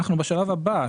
בשלב הבא,